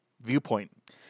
viewpoint